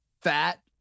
Fat